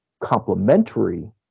complementary